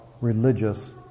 religious